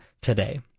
today